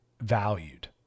valued